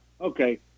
okay